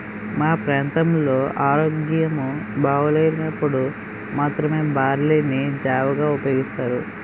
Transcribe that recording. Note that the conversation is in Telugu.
మా ప్రాంతంలో ఆరోగ్యం బాగోలేనప్పుడు మాత్రమే బార్లీ ని జావగా ఉపయోగిస్తారు